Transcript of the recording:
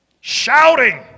shouting